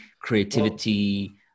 creativity